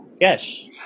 Yes